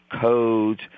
codes